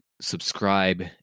subscribe